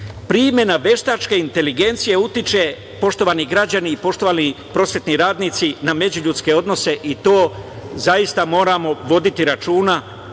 veštačke inteligencije utiče, poštovani građani i poštovani prosvetni radnici na međuljudske odnose i to zaista moramo voditi računa